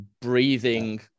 breathing